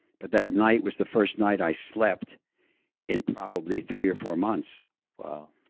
but that night was the first night i slept in probably three or four months wow